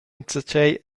enzatgei